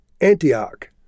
Antioch